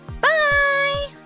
Bye